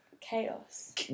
chaos